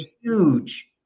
huge